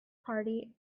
party